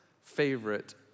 favorite